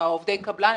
או עובדי קבלן,